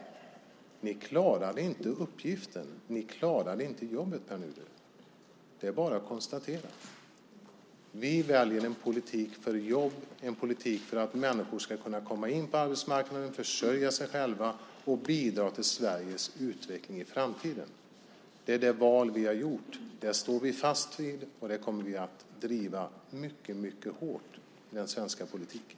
Ni klarade inte uppgiften. Ni klarade inte jobbet, Pär Nuder. Det är bara att konstatera. Vi väljer en politik för jobb, en politik för att människor ska kunna komma in på arbetsmarknaden, försörja sig själva och bidra till Sveriges utveckling i framtiden. Det är det val vi har gjort. Det står vi fast vid, och det kommer vi att driva mycket hårt i den svenska politiken.